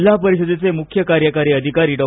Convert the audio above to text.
जिल्हा परिषदेचे मुख्य कार्यकारी अधिकारी डॉ